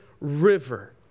river